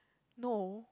no